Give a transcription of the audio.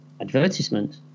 Advertisement